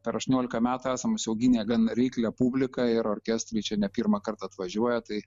per aštuoniolika metų esam užsiauginę gan reiklią publiką ir orkestrai čia ne pirmą kartą atvažiuoja tai